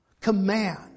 command